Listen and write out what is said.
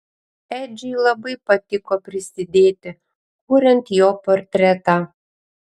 edžiui labai patiko prisidėti kuriant jo portretą